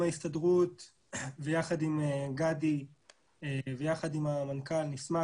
ההסתדרות ויחד עם גדי ויחד עם המנכ"ל נשמח,